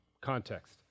context